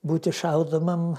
būti šaudomam